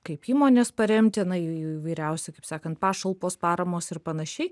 kaip įmones paremti na į į įvairiausi kaip sakant pašalpos paramos ir panašiai